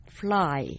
fly